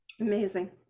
amazing